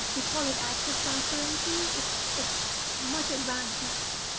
we call it access transparency, it's, it's much advanced now.